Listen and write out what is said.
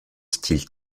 style